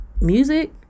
Music